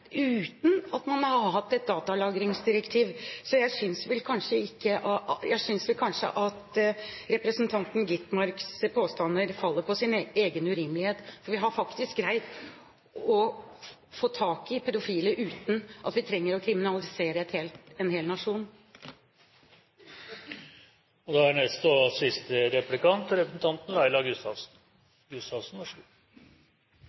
uten at man har hatt et datalagringsdirektiv. Så jeg synes vel kanskje at representanten Gitmarks påstander faller på sin egen urimelighet. Vi har faktisk greid å få tak i pedofile uten at vi trenger å kriminalisere en hel nasjon. Det er fristende å forfølge representanten Woldseths uvitenhet om hva politiet selv har bedt om av virkemiddelbruk knyttet til datalagring, og